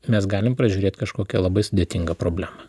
mes galim pražiūrėt kažkokią labai sudėtingą problemą